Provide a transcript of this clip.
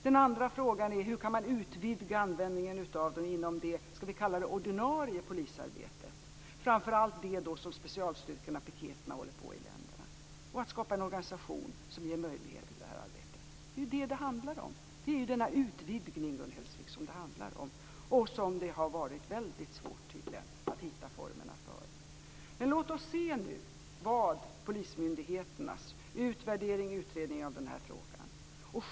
Den andra frågan är: Hur kan man utvidga användningen av den inom det ordinarie polisarbetet, framför allt det som specialstyrkorna och piketerna håller på med? Hur skapar man en organisation som ger möjlighet till det arbetet? Det är denna utvidgning som det handlar om, Gun Hellsvik. Det har tydligen varit väldigt svårt att hitta formerna för den. Men låt oss nu se vad polismyndigheternas utvärdering och utredning av den här frågan säger.